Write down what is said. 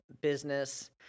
business